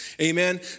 Amen